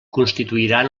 constituiran